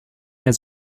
mehr